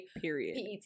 Period